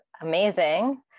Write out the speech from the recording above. amazing